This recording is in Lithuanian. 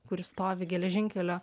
kuris stovi geležinkelio